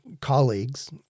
colleagues